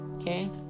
okay